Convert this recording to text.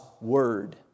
Word